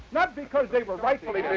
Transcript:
not because they were rightfully